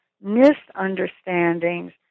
misunderstandings